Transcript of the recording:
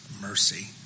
mercy